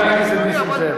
חבר הכנסת נסים זאב,